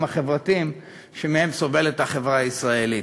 החברתיים שמהם סובלת החברה הישראלית.